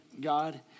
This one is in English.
God